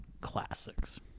classics